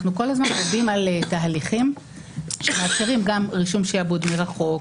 אנחנו כל הזמן עובדים על תהליכים שמאפשרים גם רישום שעבוד מרחוק,